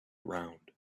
round